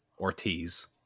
Ortiz